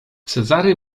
cezary